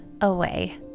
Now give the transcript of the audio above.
away